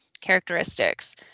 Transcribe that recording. characteristics